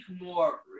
more